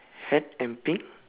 hat and pink